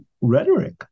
rhetoric